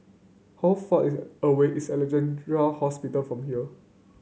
how far is away is Alexandra Hospital from here